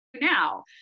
now